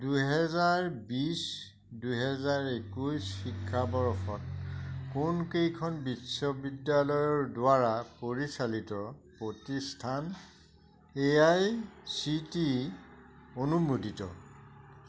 দুহেজাৰ বিছ দুহেজাৰ একৈছ শিক্ষাবৰ্ষত কোনকেইখন বিশ্ববিদ্যালয়ৰদ্বাৰা পৰিচালিত প্ৰতিষ্ঠান A I C T E অনুমোদিত